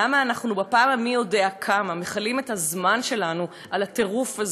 למה אנחנו בפעם המי יודע כמה מכלים את הזמן שלנו על הטירוף הזה?